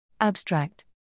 Abstract